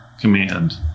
command